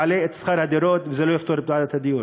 זה יעלה את שכר הדירות וזה לא יפתור את בעיית הדיור.